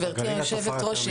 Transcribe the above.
גברתי היושבת-ראש,